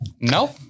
No